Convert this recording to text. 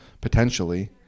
potentially